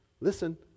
listen